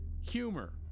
humor